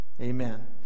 Amen